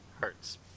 hertz